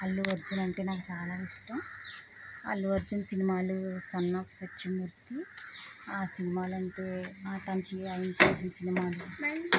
అల్లు అర్జున్ అంటే నాకు చాలా ఇష్టం అల్లు అర్జున్ సినిమాలు సన్నాఫ్ సత్యమూర్తి ఆ సినిమాలు అంటే